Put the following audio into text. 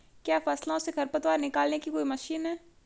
क्या फसलों से खरपतवार निकालने की कोई मशीन है?